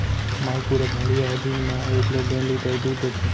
मालपुरा भेड़िया ह दिन म एकले डेढ़ लीटर दूद देथे